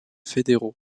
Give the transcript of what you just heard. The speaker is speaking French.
fédéraux